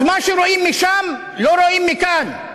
אז מה שרואים משם לא רואים מכאן.